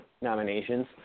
nominations